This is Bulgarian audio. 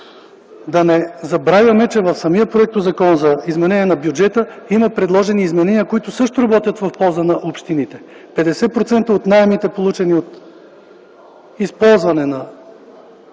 Да не забравяме, че в Законопроекта за изменение на бюджета има предложени изменения, които също работят в полза на общините – 50% от наемите, получени от използване на